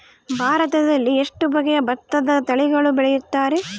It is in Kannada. ಭಾರತದಲ್ಲಿ ಎಷ್ಟು ಬಗೆಯ ಭತ್ತದ ತಳಿಗಳನ್ನು ಬೆಳೆಯುತ್ತಾರೆ?